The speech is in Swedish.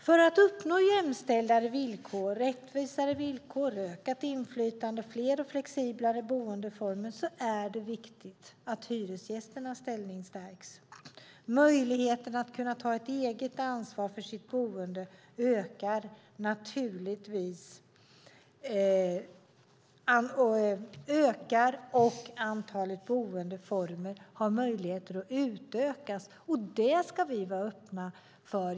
För att uppnå jämställdare villkor, rättvisare villkor, ökat inflytande och fler och flexiblare boendeformer är det viktigt att hyresgästernas ställning stärks. Möjligheterna att ta ett eget ansvar för sitt boende ökar naturligtvis, och antalet boendeformer har möjligheter att utökas. Det ska vi vara öppna för.